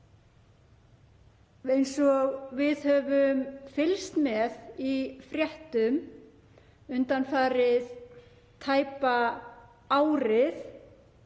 Eins og við höfum fylgst með í fréttum undanfarið tæpa árið